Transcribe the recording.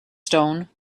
stone